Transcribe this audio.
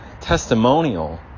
testimonial